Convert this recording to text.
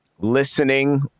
listening